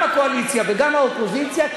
גם הקואליציה וגם האופוזיציה,